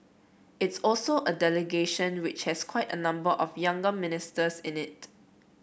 it's also a delegation which has quite a number of younger ministers in it